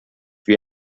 wie